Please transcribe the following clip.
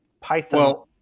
Python